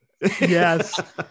Yes